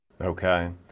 Okay